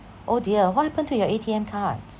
oh dear what happened to your A_T_M cards